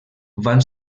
van